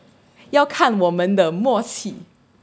要看我们的默契